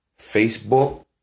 Facebook